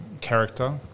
character